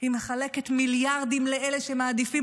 היא מחלקת מיליארדים לאלה שמעדיפים